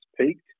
peaked